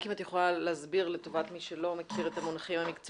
רק אם את יכולה להסביר לטובת מי שלא מכיר את המונחים המקצועיים.